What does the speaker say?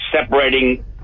separating